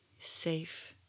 safe